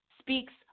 speaks